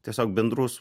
tiesiog bendrus